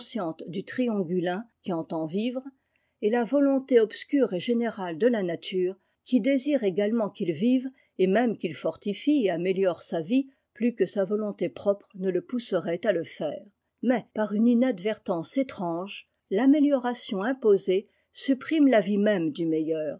du triongulin qui entend vivre et la volonté obscure et générale de la nature qui désire également qu'il vive et même qu'il fortifie et améliore sa vie plus que sa volonté propre ne le pousserait à le faire mais par une inadvertance étrange l'amélioration imposée supprime la vie même du meilleur